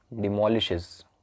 demolishes